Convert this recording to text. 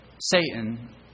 Satan